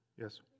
Yes